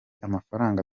amafaranga